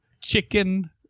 chicken